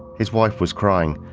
his wife was crying,